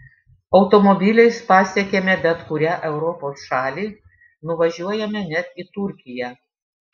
automobiliais pasiekiame bet kurią europos šalį nuvažiuojame net į turkiją